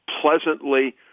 pleasantly